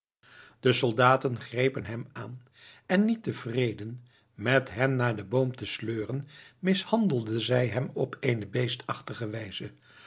de soldaten grepen hem aan en niet tevreden met hem naar den boom te sleuren mishandelden zij hem op eene beestachtige wijze